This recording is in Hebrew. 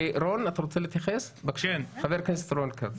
חבר הכנסת רון כץ.